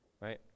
right